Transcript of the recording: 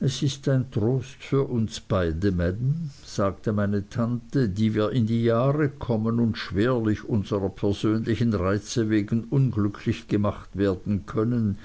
es ist ein trost für uns beide maam sagte meine tante die wir in die jahre kommen und schwerlich unserer persönlichen reize wegen unglücklich gemacht werden können